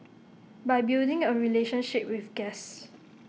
by building A relationship with guests